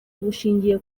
bushingiye